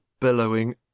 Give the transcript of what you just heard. bellowing